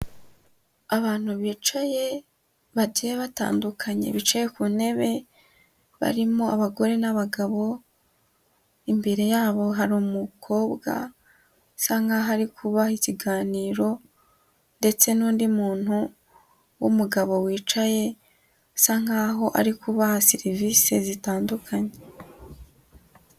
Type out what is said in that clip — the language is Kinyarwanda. Abantu bicaye, bagiye batandukanye bicaye ku ntebe, barimo abagore n'abagabo, imbere yabo hari umukobwa usa nk'aho ari kubaha ikiganiro ndetse n'undi muntu w'umugabo wicaye usa nk'aho ari kubaha serivisi zitandukanye.